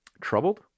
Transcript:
troubled